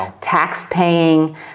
tax-paying